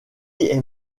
est